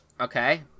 Okay